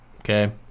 Okay